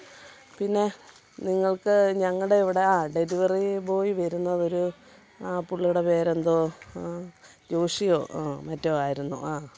പിന്നെ നിങ്ങൾക്ക് ഞങ്ങളുടെ ഇവിടെ ആ ഡെലിവറി ബോയ് വരുന്നത് ഒരു പുള്ളിയുടെ പേരെന്തോ ജോഷിയോ മറ്റോ ആയിരുന്നു ആ